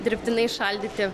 dirbtinai šaldyti